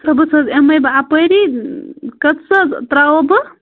صُبحس حظ یِمَے بہٕ اَپٲری کٔژ حظ ترٛاوو بہٕ